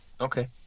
okay